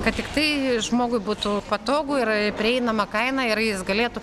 kad tiktai žmogui būtų patogu ir prieinama kaina ir jis galėtų